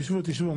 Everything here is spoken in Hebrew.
תשבו, תשבו.